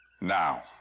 now